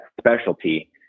specialty